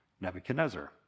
Nebuchadnezzar